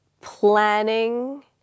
planning